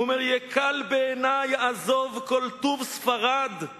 ואומר: "יקל בעיני עזוב כל טוב ספרד /